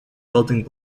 building